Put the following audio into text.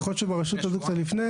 יכול להיות שברשות ידעו קצת לפני.